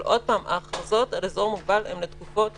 אבל עוד פעם, ההכרזות על אזור מוגבל הן לתקופות